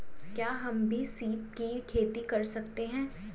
क्या हम भी सीप की खेती कर सकते हैं?